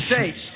States